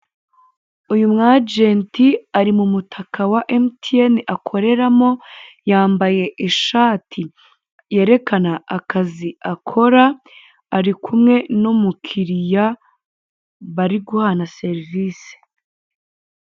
uyu mwajenti ari mu mutaka wa MTN akoreramo, yambaye ishati yerekana akazi akora, ari kumwe n'umukiriya bari guhana serivisi.